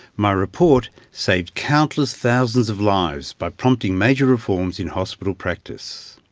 my report saved countless thousands of lives by prompting major reforms in hospital practice.